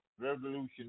Revolution